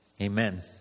Amen